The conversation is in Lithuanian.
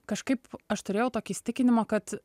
kažkaip aš turėjau tokį įsitikinimą kad